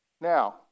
Now